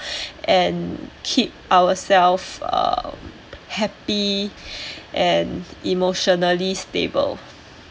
and keep ourself uh happy and emotionally stable